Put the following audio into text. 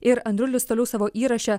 ir andrulis toliau savo įraše